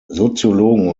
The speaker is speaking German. soziologen